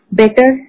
better